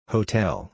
Hotel